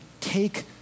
take